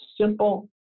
simple